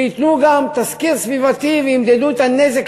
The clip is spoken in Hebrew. שייתנו גם תסקיר סביבתי וימדדו את הנזק